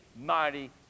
mighty